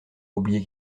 oublié